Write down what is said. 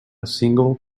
single